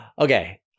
okay